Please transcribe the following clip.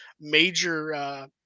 major